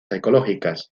ecológicas